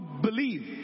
believe